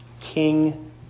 King